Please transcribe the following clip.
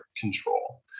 control